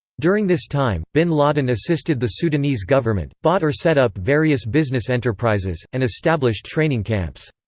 during this time, bin laden assisted the sudanese government, bought or set up various business enterprises, and established training camps.